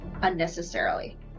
unnecessarily